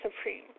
Supreme